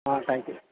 ஆ thank you